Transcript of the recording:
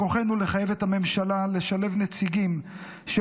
בכוחנו לחייב את הממשלה לשלב נציגים של